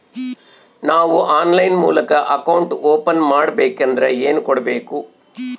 ನಾವು ಆನ್ಲೈನ್ ಮೂಲಕ account open ಮಾಡಬೇಂಕದ್ರ ಏನು ಕೊಡಬೇಕು?